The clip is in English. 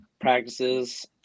practices